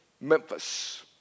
Memphis